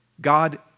God